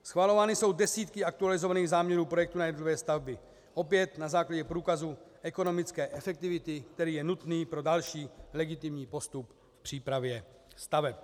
Schvalovány jsou desítky aktualizovaných záměrů projektů na jednotlivé stavby, opět na základě průkazu ekonomické efektivity, který je nutný pro další legitimní postup v přípravě staveb.